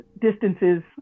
distances